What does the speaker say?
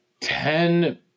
Ten